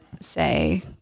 say